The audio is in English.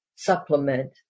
supplement